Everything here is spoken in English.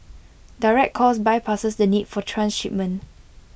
direct calls bypasses the need for transshipment